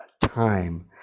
time